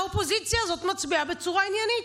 האופוזיציה הזאת מצביעה בצורה עניינית,